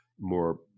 more